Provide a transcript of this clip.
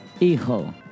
Hijo